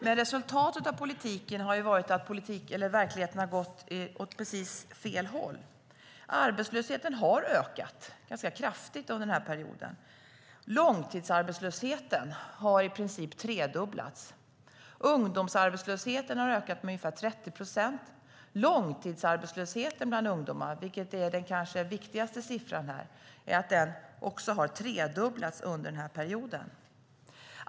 Men resultatet av politiken har gått åt precis fel hål. Arbetslösheten har ökat ganska kraftigt under perioden. Långtidsarbetslösheten har i princip tredubblats. Ungdomsarbetslösheten har ökat med ungefär 30 procent. Långtidsarbetslösheten bland ungdomar, vilket är den kanske viktigaste siffran här, har också tredubblats under perioden.